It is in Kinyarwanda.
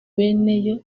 beneyo